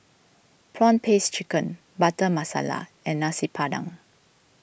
Prawn Paste Chicken Butter Masala and Nasi Padang